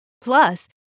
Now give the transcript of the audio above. Plus